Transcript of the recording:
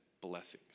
blessings